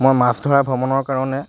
মই মাছ ধৰা ভ্ৰমণৰ কাৰণে